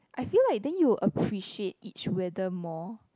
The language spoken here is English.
I feel like then you appreciate each weather more